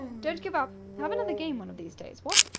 don't get up. have another game one of these days, what?